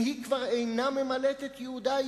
אם היא כבר אינה ממלאת את ייעודה,